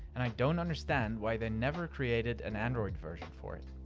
and i don't understand why they never created an android version for it.